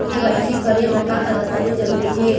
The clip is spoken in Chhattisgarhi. के.वाई.सी करे म का का दस्तावेज जरूरी हे?